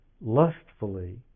lustfully